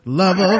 lover